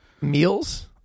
Meals